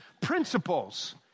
principles